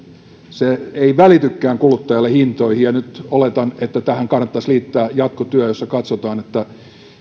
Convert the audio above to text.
se ei välitykään kuluttajalle hintoihin ja nyt oletan että tähän kannattaisi liittää jatkotyö jossa katsotaan että